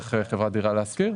דרך חברת "דירה להשכיר".